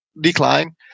decline